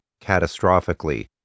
catastrophically